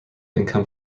income